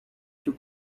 توو